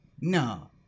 no